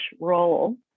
role